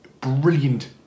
brilliant